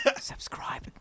Subscribe